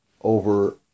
over